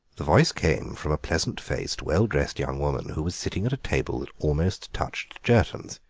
the voice came from a pleasant-faced, well-dressed young woman who was sitting at a table that almost touched jerton's.